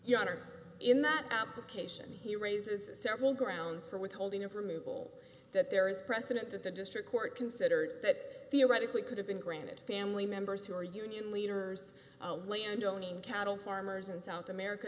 honor in that application he raises several grounds for withholding of removal that there is precedent that the district court considered that theoretically could have been granted family members who are union leaders oh landowning cattle farmers in south america